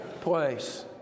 place